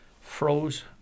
froze